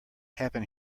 happen